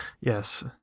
Yes